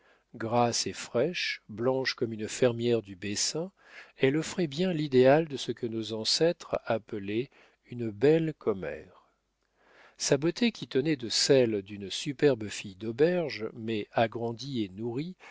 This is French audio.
grasse et fraîche blanche comme une fermière du bessin elle offrait bien l'idéal de ce que nos ancêtres appelaient une belle commère sa beauté qui tenait de celle d'une superbe fille d'auberge mais agrandie et nourrie